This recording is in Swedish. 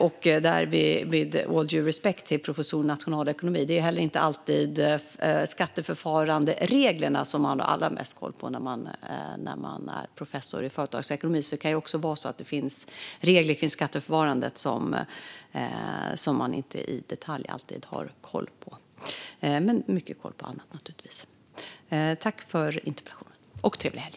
With all due respect är det inte alltid skatteförfarandereglerna som man har allra mest koll på när man är professor i företagsekonomi. Det kan finnas regler kring skatteförfarandet som man inte har koll på i detalj, även om man naturligtvis har mycket koll på annat. Tack för interpellationen och trevlig helg!